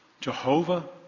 Jehovah